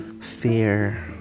fear